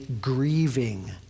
grieving